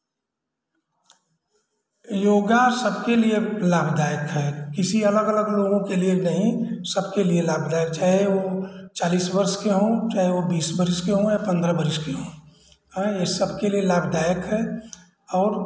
योग सबके लिए लाभदायक है किसी अलग अलग लोगों के लिए नहीं सबके लिए लाभदायक है चाहे वह चालीस वर्ष के हों चाहे ओ बीस वर्ष के हों या पन्द्रह वर्ष की हों हाँ ये सबके लिए लाभदायक है और